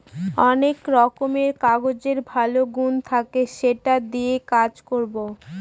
অনেক রকমের কাগজের ভালো গুন থাকে সেটা দিয়ে কাজ করবো